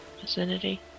vicinity